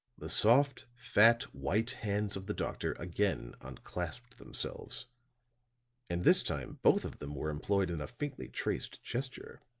the soft, fat, white hands of the doctor again unclasped themselves and this time both of them were employed in a faintly traced gesture.